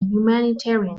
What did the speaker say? humanitarian